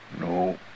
No